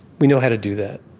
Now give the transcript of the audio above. we know how to do that.